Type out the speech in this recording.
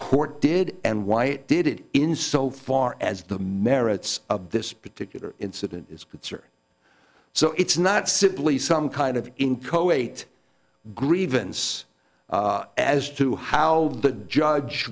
court did and why it did it in so far as the merits of this particular incident is it's are so it's not simply some kind of in coate grievance as to how the judge